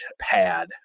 pad